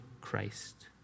Christ